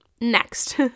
Next